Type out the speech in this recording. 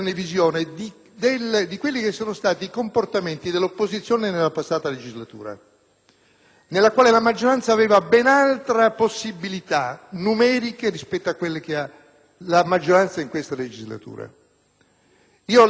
nella quale la maggioranza aveva ben altre possibilità numeriche rispetto a quelle di cui dispone la maggioranza in questa legislatura. Voglio soltanto fare questo rapido accenno per dire che mi sembra che se vogliamo